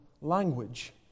language